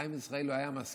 חיים ישראלי, הוא היה מזכיר